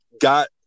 got –